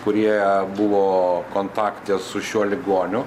kurie buvo kontakte su šiuo ligoniu